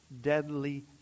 deadly